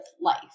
life